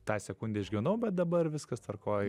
tą sekundę išgyvenau bet dabar viskas tvarkoj